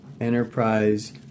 enterprise